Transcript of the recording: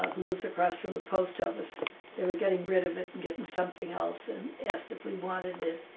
across from the post office they were getting rid of it and getting something else and asked if we wanted it.